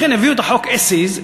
לכן הביאו את החוק as is,